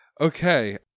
Okay